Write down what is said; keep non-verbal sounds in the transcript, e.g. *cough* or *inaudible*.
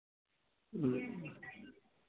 *unintelligible*